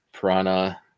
piranha